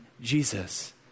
Jesus